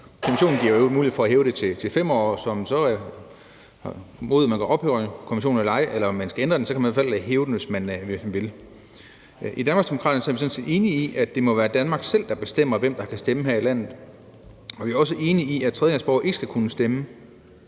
Konventionen giver i øvrigt mulighed for at hæve det til 5 år. Om man så ophæver konventionen eller ej, eller om man ændrer den, så kan man i hvert fald hæve det, hvis man vil. I Danmarksdemokraterne er vi sådan set enige i, at det må være Danmark selv, der bestemmer, hvem der kan stemme her i landet. Vi er også enige i, at tredjelandsborgere ikke skal kunne stemme.